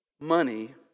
money